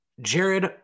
Jared